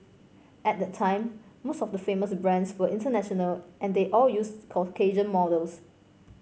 at that time most of the famous brands were international and they all used Caucasian models